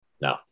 no